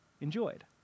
enjoyed